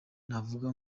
navuga